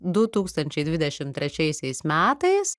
du tūkstančiai dvidešim trečiaisiais metais